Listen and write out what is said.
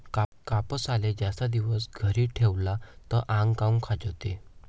कापसाले जास्त दिवस घरी ठेवला त आंग काऊन खाजवते?